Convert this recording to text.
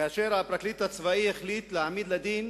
כאשר הפרקליט הצבאי החליט להעמיד לדין